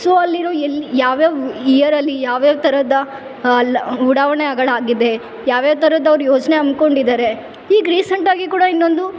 so ಅಲ್ಲಿರೊ ಎಲ್ಲಿ ಯಾವ್ಯಾವ ಇಯರಲ್ಲಿ ಯಾವ್ಯಾವ ತರಹದ ಅಲ್ಲಿ ಉಡಾವಣೆಗಳಾಗಿದೆ ಯಾವ್ಯಾವ ಥರದ ಅವ್ರು ಯೋಜನೆ ಹಮ್ಮಿಕೊಂಡಿದಾರೆ ಈಗ ರೀಸೆಂಟಾಗಿ ಕೂಡ ಇನ್ನೊಂದು